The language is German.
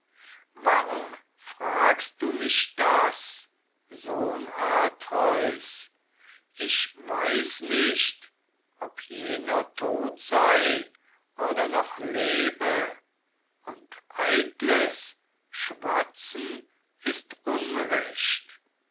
warum fragst du mich das sohn atreus ich weiß nicht ob jener tot sei oder noch lebe und eitles schwatzen ist unrecht